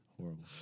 Horrible